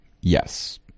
yes